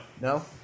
No